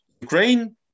Ukraine